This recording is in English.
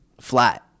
flat